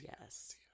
Yes